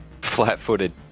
Flat-footed